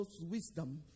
wisdom